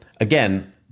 again